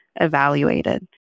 evaluated